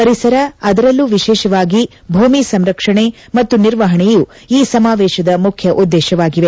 ಪರಿಸರ ಅದರಲ್ಲೂ ವಿಶೇಷವಾಗಿ ಭೂಮಿ ಸಂರಕ್ಷಣೆ ಮತ್ತು ನಿರ್ವಹಣೆಯು ಈ ಸಮಾವೇತದ ಮುಖ್ಯ ಉದ್ದೇಶವಾಗಿದೆ